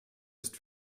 ist